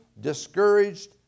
discouraged